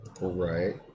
Right